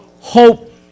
hope